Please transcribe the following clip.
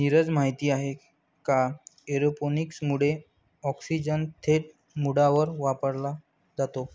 नीरज, माहित आहे का एरोपोनिक्स मुळे ऑक्सिजन थेट मुळांवर वापरला जातो